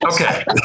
Okay